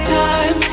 time